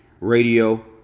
Radio